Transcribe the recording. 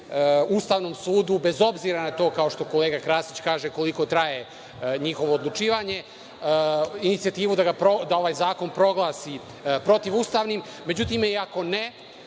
Ustavnom sudu, bez obzira na to, kao što kolega Krasića kaže, koliko traje njihovo odlučivanje, inicijativu da ovaj zakon proglasi protivustavnim. Međutim, ako ne,